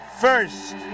first